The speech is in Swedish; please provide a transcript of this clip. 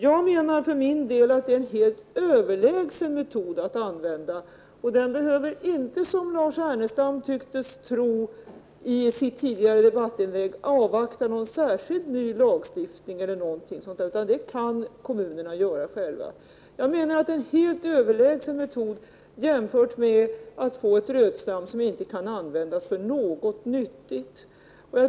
Jag anser att det är en helt överlägsen metod. Det behövs inte, som Lars Ernestam tycktes tro i sitt tidigare debattinlägg, instiftas en särskild lag för det. Det är något som kommunerna själva kan bestämma. Metoden är således helt överlägsen jämfört med att få ett rötslam som inte kan användas till något nyttigt.